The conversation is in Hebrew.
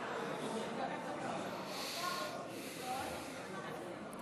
חוק הלוואות חוץ-בנקאיות (תיקון מס' 5) (תיקון),